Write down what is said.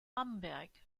bamberg